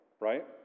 Right